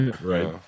right